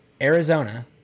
Arizona